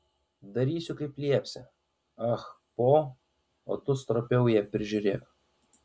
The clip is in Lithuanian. darysiu kaip liepsi ah po o tu stropiau ją prižiūrėk